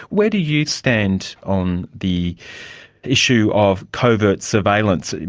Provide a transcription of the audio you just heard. where do you stand on the issue of covert surveillance,